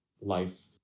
life